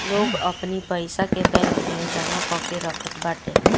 लोग अपनी पईसा के बैंक में जमा करके रखत बाटे